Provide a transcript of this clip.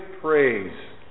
praise